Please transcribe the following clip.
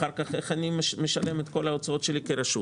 איך אני משלם אחר כך את כל ההוצאות שלי כרשות?